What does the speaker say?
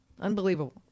Unbelievable